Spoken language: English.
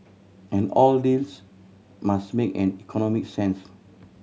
and all deals must make an economic sense